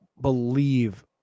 believe